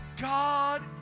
god